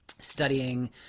studying